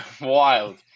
wild